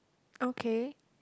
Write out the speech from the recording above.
okay